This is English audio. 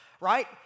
right